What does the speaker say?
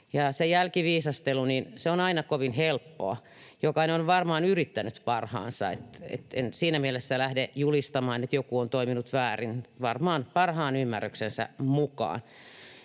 jälkiviisastelu, se on aina kovin helppoa. Jokainen varmaan on yrittänyt parhaansa. Siinä mielessä en lähde julistamaan, että joku on toiminut väärin, vaan varmaan parhaan ymmärryksensä mukaan.